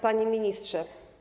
Panie Ministrze!